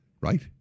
Right